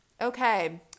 Okay